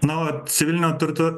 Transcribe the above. na o civilinio turto